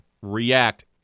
react